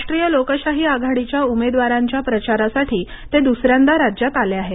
राष्ट्रीय लोकशाही आघाडीच्या उमेदवारांच्या प्रचारासाठी ते दुसऱ्यांदा राज्यात आले आहेत